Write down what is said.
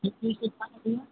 किस चीज़ की दुकान है भैया